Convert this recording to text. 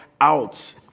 out